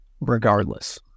regardless